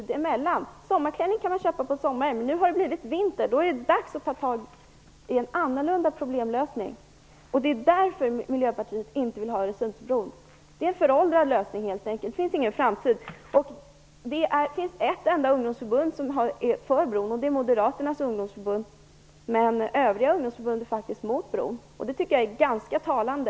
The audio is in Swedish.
Det har nu blivit vinter, och det krävs annorlunda lösningar av problemen. Att Miljöpartiet inte vill ha Öresundsbron beror på att den helt enkelt är en föråldrad lösning. Det finns ingen framtid för den. Ett enda ungdomsförbund är för bron, och det är moderaternas ungdomsförbund. Övriga ungdomsförbund är faktiskt mot bron, och jag tycker att det är ganska talande.